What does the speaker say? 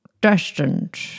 destined